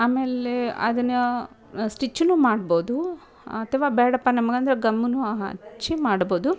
ಆಮೇಲೆ ಅದನ್ನು ಸ್ಟಿಚ್ಚುನ್ನು ಮಾಡ್ಬೋದು ಅಥವಾ ಬೇಡಪ್ಪ ನಮಗೆ ಅಂದ್ರೆ ಗಮ್ಮುನ್ನು ಹಚ್ಚಿ ಮಾಡ್ಬೋದು